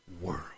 world